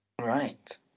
Right